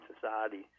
society